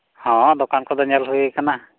ᱦᱮᱸ ᱫᱳᱠᱟᱱ ᱠᱚᱫᱚ ᱧᱮᱞ ᱦᱩᱭ ᱟᱠᱟᱱᱟ